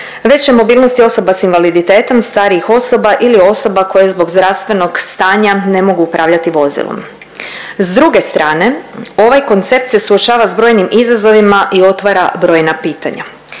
veće mobilnosti osoba s invaliditetom, starijih osoba ili osoba koje zbog zdravstvenog stanja ne mogu upravljati vozilom. S druge strane ovaj koncept se suočava s brojnim izazovima i otvara brojna pitanja.